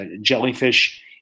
jellyfish